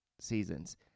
seasons